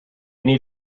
need